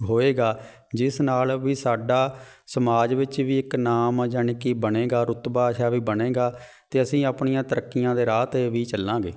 ਹੋਏਗਾ ਜਿਸ ਨਾਲ ਵੀ ਸਾਡਾ ਸਮਾਜ ਵਿੱਚ ਵੀ ਇੱਕ ਨਾਮ ਜਾਣੀ ਕਿ ਬਣੇਗਾ ਰੁਤਬਾ ਅੱਛਾ ਵੀ ਬਣੇਗਾ ਅਤੇ ਅਸੀਂ ਆਪਣੀਆਂ ਤਰੱਕੀਆਂ ਦੇ ਰਾਹ 'ਤੇ ਵੀ ਚੱਲਾਂਗੇ